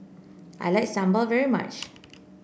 I like Sambar very much